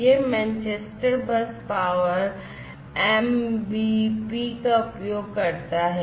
यह Manchester bus power MBP का उपयोग करता है